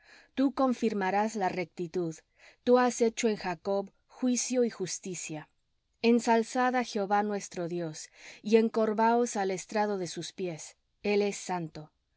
tú confirmas la rectitud tú has hecho en jacob juicio y justicia ensalzad á jehová nuestro dios y encorvaos al estrado de sus pies el es santo